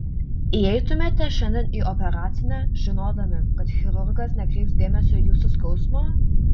įeitumėte šiandien į operacinę žinodami kad chirurgas nekreips dėmesio į jūsų skausmą